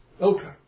Okay